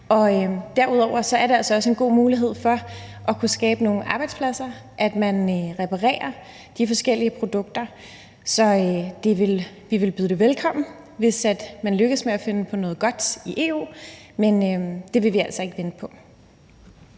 Derudover er det altså også en god mulighed for at kunne skabe nogle arbejdspladser, at man reparerer de forskellige produkter. Så vi vil byde det velkommen, hvis man lykkes med at finde på noget godt i EU, men det vil vi altså ikke vente på.